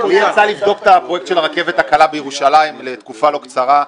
לי יצא לבדוק את הפרויקט של הרכבת הקלה בירושלים לתקופה לא קצרה,